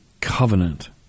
covenant